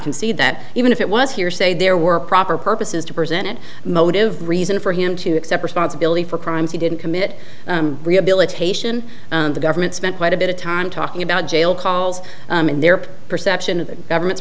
concede that even if it was hearsay there were proper purposes to present it motive reason for him to accept responsibility for crimes he didn't commit rehabilitation the government spent quite a bit of time talking about jail calls and their perception of the government's